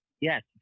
Yes